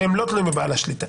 שהם לא תלויים בבעל השליטה.